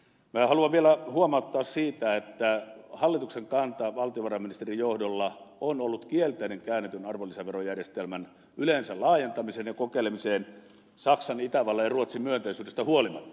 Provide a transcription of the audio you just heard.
minä haluan vielä huomauttaa siitä että hallituksen kanta valtiovarainministerin johdolla on ollut kielteinen käännetyn arvonlisäverojärjestelmän yleensä laajentamiseen ja kokeilemiseen saksan itävallan ja ruotsin myönteisyydestä huolimatta